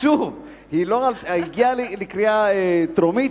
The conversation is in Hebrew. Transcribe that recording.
היא הגיעה לקריאה טרומית,